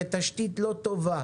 כי התשתית לא טובה.